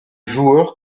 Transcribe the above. joueur